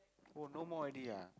oh no more already ah